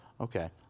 Okay